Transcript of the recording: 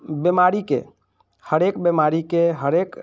बीमारीके हरेक बीमारीके हरेक